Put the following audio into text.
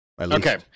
Okay